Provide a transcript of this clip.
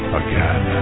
again